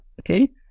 Okay